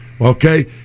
Okay